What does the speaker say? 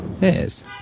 Yes